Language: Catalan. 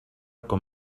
com